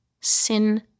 sin